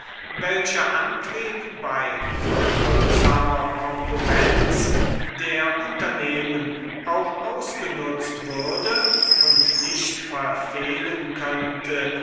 welcher antrieb bei vollwirksamer konkurrenz der unternehmer auch ausgenützt würde und nicht verfehlen könnte